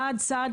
צעד צעד,